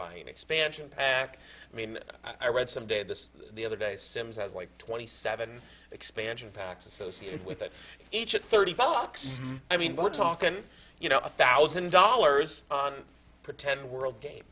buying an expansion pack i mean i read some day this the other day sims as like twenty seven expansion packs associated with it each at thirty bucks i mean we're talking you know a thousand dollars pretend world game